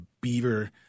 beaver